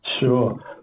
Sure